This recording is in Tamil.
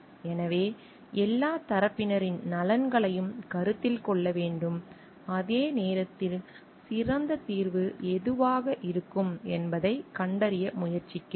எனவே எல்லாத் தரப்பினரின் நலன்களையும் கருத்தில் கொள்ள வேண்டும் அதே நேரத்தில் சிறந்த தீர்வு எதுவாக இருக்கும் என்பதைக் கண்டறிய முயற்சிக்கிறோம்